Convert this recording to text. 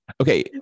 Okay